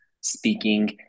speaking